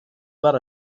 about